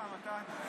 לא אמרתם כלום.